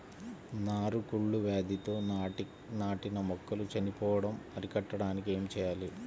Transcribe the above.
నారు కుళ్ళు వ్యాధితో నాటిన మొక్కలు చనిపోవడం అరికట్టడానికి ఏమి చేయాలి?